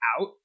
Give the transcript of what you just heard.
out